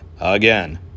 Again